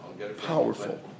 Powerful